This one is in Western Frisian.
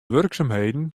wurksumheden